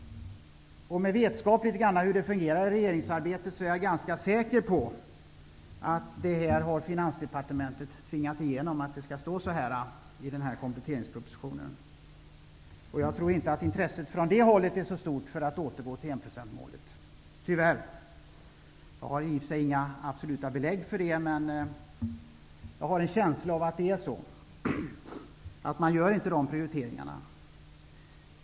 Med litet vetskap om hur regeringsarbetet fungerar är jag ganska säker på att Finansdepartementet har tvingat igenom att det skall stå så här i kompletteringspropositionen. Jag tror inte att intresset från det hållet är så stort för att återgå till enprocentsmålet -- tyvärr. Jag har i och för sig inga säkra belägg för det, men jag har en känsla av att man inte gör sådana prioriteringar.